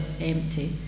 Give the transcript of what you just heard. empty